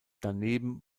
daneben